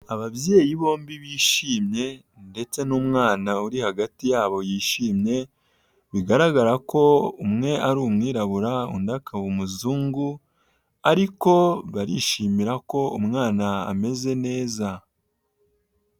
Ababyeyi bombi bishimye ndetse n'umwana uri hagati yabo yishimye, bigaragara ko umwe ari umwirabura undi akaba umuzungu ariko barishimira ko umwana ameze neza.